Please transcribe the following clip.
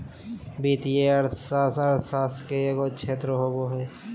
वित्तीय अर्थशास्त्र अर्थशास्त्र के एगो क्षेत्र होबो हइ